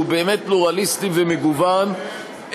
שהוא באמת פלורליסטי ומגוון,